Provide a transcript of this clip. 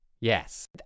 yes